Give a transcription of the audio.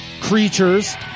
Creatures